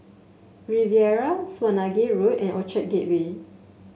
Riviera Swanage Road and Orchard Gateway